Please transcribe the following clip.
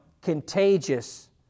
contagious